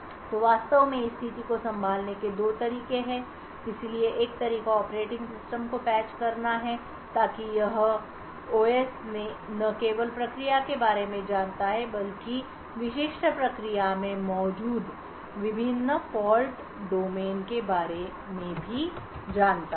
तो वास्तव में इस स्थिति को संभालने के दो तरीके हैं इसलिए एक तरीका ऑपरेटिंग सिस्टम को पैच करना है ताकि यह ओएस OS न केवल प्रक्रिया के बारे में जानता है बल्कि विशिष्ट प्रक्रिया में मौजूद विभिन्न फॉल्ट डोमेन के बारे में भी जानता है